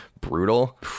brutal